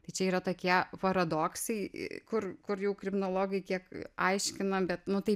tai čia yra tokie paradoksai kur kur jau kriminologai kiek aiškinam bet nu tai